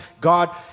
God